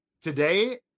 today